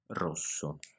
rosso